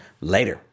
later